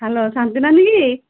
hello ଶାନ୍ତିନାନୀ କି